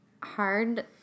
hard